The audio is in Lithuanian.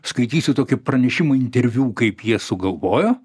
skaitysiu tokį pranešimą interviu kaip jie sugalvojo